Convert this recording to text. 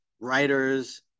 writers